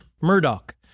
Murdoch